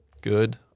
good